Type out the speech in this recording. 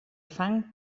fang